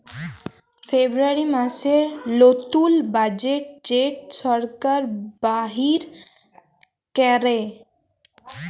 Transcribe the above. ফেব্রুয়ারী মাসের লতুল বাজেট যেট সরকার বাইর ক্যরে